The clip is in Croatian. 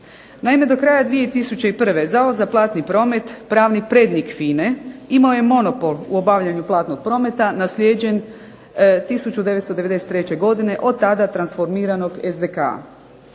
Naime, do kraja 2001. Zavod za platni promet, pravni prednik FINA-e imao je monopol u obavljanju platnog prometa naslijeđen 1993. godine od tada transformiranog SDK-a.